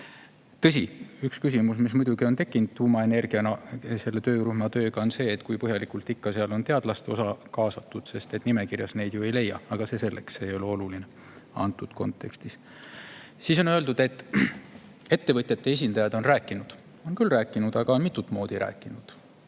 Tõsi, üks küsimus, mis muidugi on tekkinud tuumaenergia töörühma töö kohta, on see, kui põhjalikult on seal ikka teadlaste osa kaasatud, sest nimekirjast neid ju ei leia. Aga see selleks, see ei ole oluline antud kontekstis. On öeldud, et ettevõtjate esindajad on rääkinud. On küll rääkinud, aga on mitut moodi rääkinud.